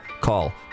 call